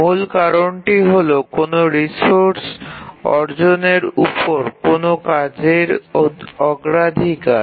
মূল কারণটি হল কোনও রিসোর্স অর্জনের উপর কোনও কাজের অগ্রাধিকার